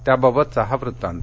त्याबाबतचा हा वृत्तांत